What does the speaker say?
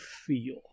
feel